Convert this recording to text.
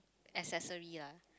accessory lah